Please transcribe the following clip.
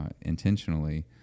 intentionally